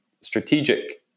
strategic